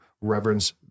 reverence